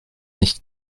nicht